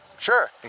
Sure